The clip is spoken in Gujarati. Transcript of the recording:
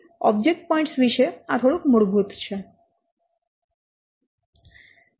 તેથી ઓબ્જેક્ટ પોઇન્ટ્સ વિશે આ થોડુંક મૂળભૂત છે